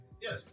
Yes